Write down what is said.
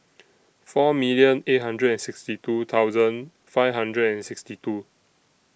four million eight hundred and sixty two thousand five hundred and sixty two